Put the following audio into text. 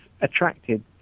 attracted